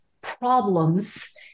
problems